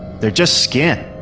they're just skin.